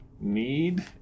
Need